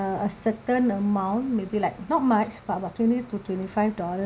a certain amount maybe like not much but about twenty to twenty five dollars